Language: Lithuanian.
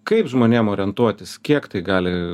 kaip žmonėm orientuotis kiek tai gali